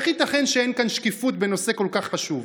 איך ייתכן שאין כאן שקיפות בנושא כל כך חשוב,